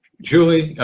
julie,